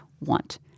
want